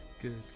Good